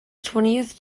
twentieth